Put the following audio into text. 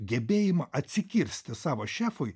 gebėjimą atsikirsti savo šefui